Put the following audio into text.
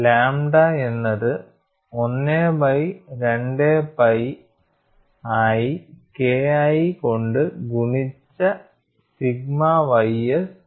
lambda എന്നത് 1 by 2 pi ആയി KI കൊണ്ട് ഗുണിച്ച സിഗ്മ ys ഹോൾ സ്ക്വാർഡ് ആണ്